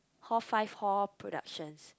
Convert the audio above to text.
hall five hall productions